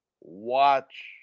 watch